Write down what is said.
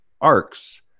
arcs